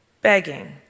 begging